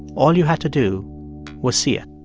all you had to do was see it